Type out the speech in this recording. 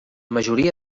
majoria